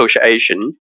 Association